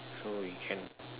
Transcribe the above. so we can